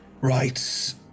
Right